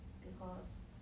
because